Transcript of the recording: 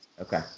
Okay